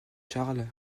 charles